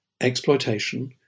exploitation